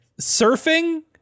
surfing